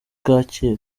kacyiru